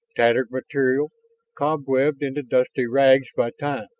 tattered material cobwebbed into dusty rags by time.